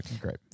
great